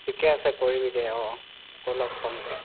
ঠিকে আছে কৰিবি দে অঁ আকৌ লগ পাম দে